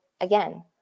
again